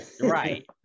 Right